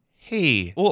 hey